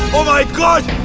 oh my, god!